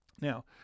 Now